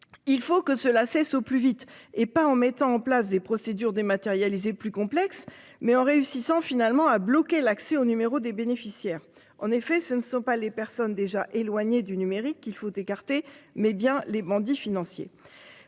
Il faut que cela cesse au plus vite et pas en mettant en place des procédures dématérialisées plus complexe mais en réussissant finalement à bloquer l'accès aux numéros des bénéficiaires. En effet, ce ne sont pas les personnes déjà éloignés du numérique, il faut écarter mais bien les bandits financier